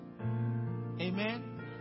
Amen